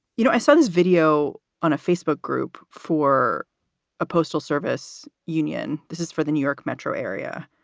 you know, i saw this video on a facebook group for a postal service union. this is for the new york metro area.